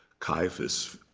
caiaphas,